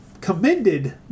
commended